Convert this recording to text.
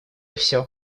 все